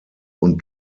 und